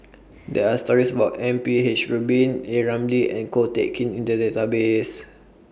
There Are stories about M P H Rubin A Ramli and Ko Teck Kin in The Database